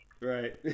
Right